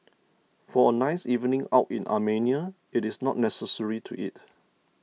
for a nice evening out in Armenia it is not necessary to eat